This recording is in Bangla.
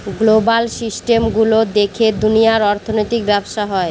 গ্লোবাল সিস্টেম গুলো দেখে দুনিয়ার অর্থনৈতিক ব্যবসা হয়